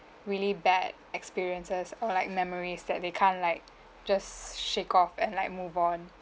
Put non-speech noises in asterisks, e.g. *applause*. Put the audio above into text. really bad experiences or like memories that they can't like *breath* just shake off and like move on